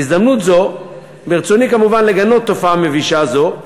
בהזדמנות זו ברצוני כמובן לגנות תופעה מבישה זו,